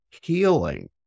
healing